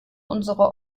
unsere